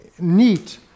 neat